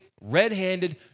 red-handed